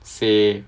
same